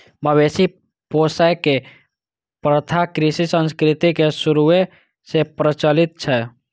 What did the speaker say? मवेशी पोसै के प्रथा कृषि संस्कृति के शुरूए सं प्रचलित छै